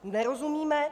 Nerozumíme.